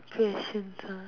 questions ah